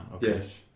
Yes